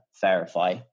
verify